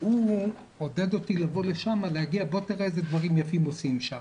הוא עודד אותי לבוא לשם ולראות איזה דברים יפים עושים שם.